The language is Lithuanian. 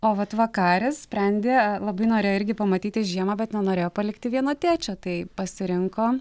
o vat vakarė sprendė labai norėjo irgi pamatyti žiemą bet nenorėjo palikti vieno tėčio tai pasirinko